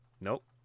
Nope